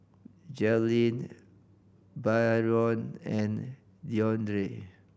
Jailyn Byron and Deondre